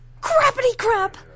Crappity-crap